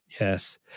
Yes